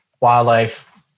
wildlife